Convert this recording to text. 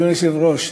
אדוני היושב-ראש,